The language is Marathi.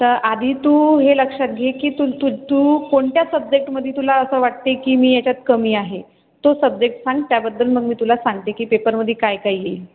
तर आधी तू हे लक्षात घे की तुला तू तू कोणत्या सब्जेक्टमध्ये तुला असं वाटते की मी याच्यात कमी आहे तो सब्जेक्ट सांग त्याबद्दल मग मी तुला सांगते की पेपरमध्ये काय काही येईल